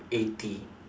eighty